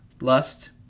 lust